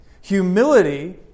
Humility